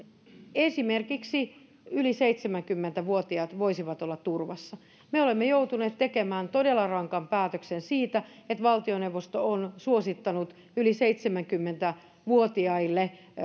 esimerkiksi yli seitsemänkymmentä vuotiaat voisivat olla turvassa me olemme joutuneet tekemään todella rankan päätöksen siitä että valtioneuvosto on suosittanut yli seitsemänkymmentä vuotiaille